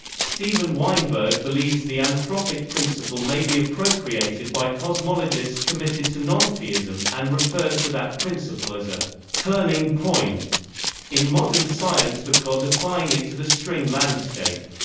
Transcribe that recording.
steven weinberg believes the anthropic principle may be appropriated by cosmologists committed to nontheism, and refers to that principle as a turning point in modern science because applying it to the string landscape